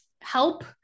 help